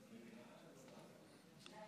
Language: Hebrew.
בבקשה,